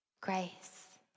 grace